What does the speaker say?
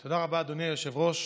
תודה רבה, אדוני היושב-ראש.